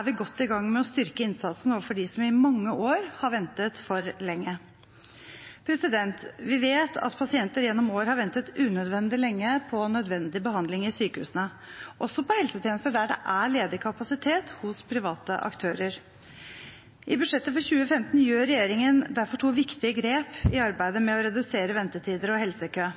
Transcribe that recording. er vi godt i gang med å styrke innsatsen overfor dem som i mange år har ventet for lenge. Vi vet at pasienter gjennom år har ventet unødvendig lenge på nødvendig behandling i sykehusene, også på helsetjenester der det er ledig kapasitet hos private aktører. I budsjettet for 2015 tar regjeringen derfor to viktige grep i arbeidet med å redusere ventetider og helsekø.